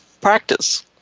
practice